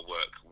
work